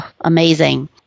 amazing